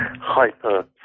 hyper